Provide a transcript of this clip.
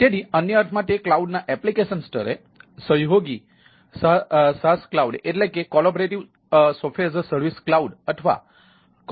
તેથી અન્ય અર્થમાં તે ક્લાઉડના એપ્લિકેશન સ્તરે સહયોગી સાસ ક્લાઉડ છે